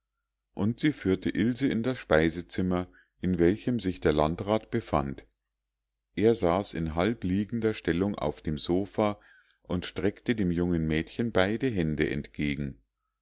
und sie führte ilse in das speisezimmer in welchem sich der landrat befand er saß in halbliegender stellung auf dem sofa und streckte dem jungen mädchen beide hände entgegen